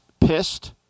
pissed